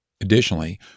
Additionally